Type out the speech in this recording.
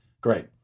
Great